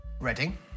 Reading